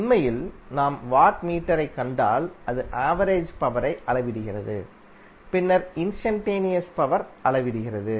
உண்மையில் நாம் வாட்மீட்டரைக் கண்டால் அது ஆவரேஜ் பவரை அளவிடுகிறது பின்னர் இன்ஸ்டன்டேனியஸ் பவர் அளவிடுகிறது